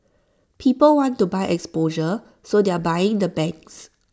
people want to buy exposure so they're buying the banks